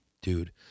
dude